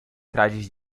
trajes